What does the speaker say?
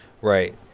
right